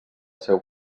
seu